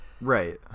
right